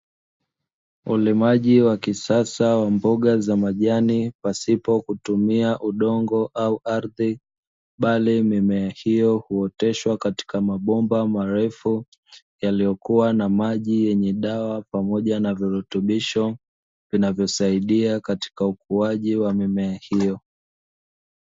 Ulimaji wa kisasa wa mboga za majani pasipo kutumia udongo au ardhi, bali mimea hiyo huoteshwa katika mabomba marefu yaliyokuwa na maji yenye dawa pamoja na virutubisho, vinavyosaidia katika ukuaji wa mimea hiyo.